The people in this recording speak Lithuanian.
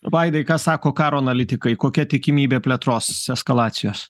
vaidai ką sako karo analitikai kokia tikimybė plėtros eskalacijos